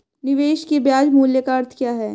निवेश के ब्याज मूल्य का अर्थ क्या है?